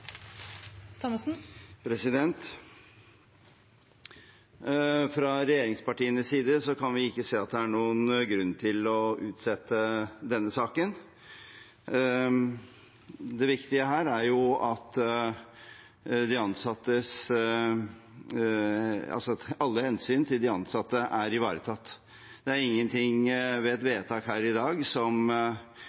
noen grunn til å utsette denne saken. Det viktige her er jo at alle hensyn til de ansatte er ivaretatt. Det er ingenting ved et vedtak her i dag som